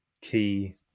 key